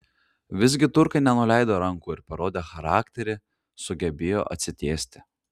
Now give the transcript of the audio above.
visgi turkai nenuleido rankų ir parodę charakterį sugebėjo atsitiesti